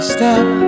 step